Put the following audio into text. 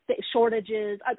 shortages